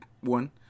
one